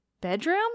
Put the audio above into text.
bedroom